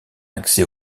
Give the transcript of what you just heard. accès